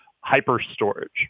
hyper-storage